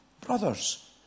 Brothers